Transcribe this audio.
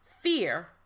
fear